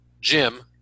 Jim